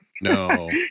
No